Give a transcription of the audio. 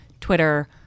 Twitter